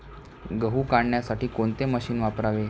गहू काढण्यासाठी कोणते मशीन वापरावे?